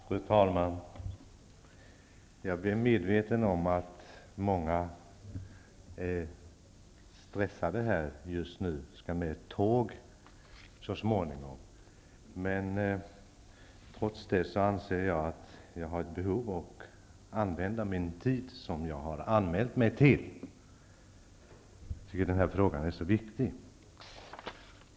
Fru talman! Jag är medveten om att många ledamöter nu är stressade och så småningom skall åka i väg med tåg. Trots det har jag behov av att använda den tid som jag har anmält mig för, eftersom den här frågan är så viktig.